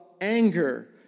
anger